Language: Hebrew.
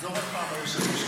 תחזור עוד פעם, היושב-ראש.